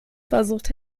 versucht